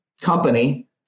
company